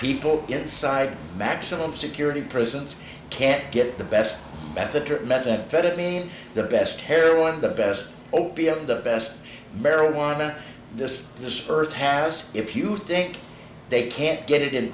people inside maximum security prisons can get the best better methamphetamine the best heroin the best opium the best marijuana this earth has if you think they can't get it in